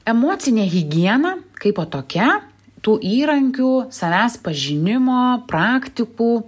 emocinė higiena kaipo tokia tų įrankių savęs pažinimo praktikų